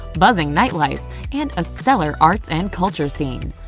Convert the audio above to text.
buzzing nightlife and a stellar arts and culture scene.